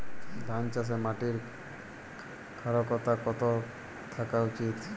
ধান চাষে মাটির ক্ষারকতা কত থাকা উচিৎ?